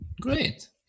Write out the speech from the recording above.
great